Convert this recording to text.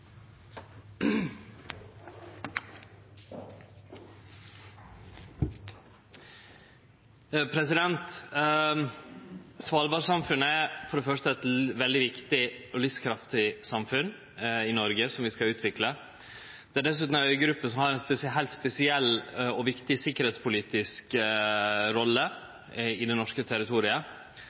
første eit veldig viktig og livskraftig samfunn i Noreg, som vi skal utvikle. Det er dessutan ei øygruppe som har ei heilt spesiell og viktig sikkerheitspolitisk rolle i det norske territoriet.